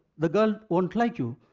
the girl won't like you.